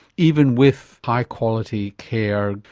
even with high quality care,